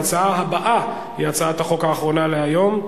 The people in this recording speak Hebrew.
ההצעה הבאה היא הצעת החוק האחרונה להיום,